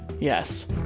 yes